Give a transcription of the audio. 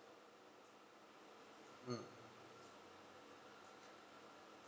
mm